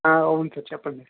ఆ అవున్ సార్ చెప్పండి